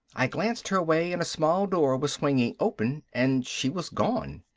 i glanced her way and a small door was swinging open and she was gone.